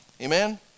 amen